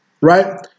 Right